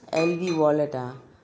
L_V wallet ah